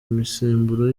misemburo